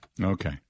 Okay